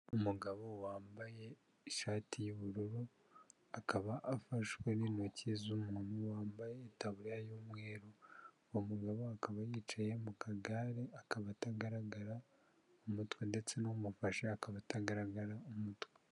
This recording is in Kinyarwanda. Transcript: Umugabo wambaye ishati y'ubururu akaba afashwe n'intoki z'umuntu wambaye itaburiya y'umweru, uwo mugabo akaba yicaye mu kagare. Akaba atagaragara umutwe ndetse n'umufashe akaba atagaragara umutwe.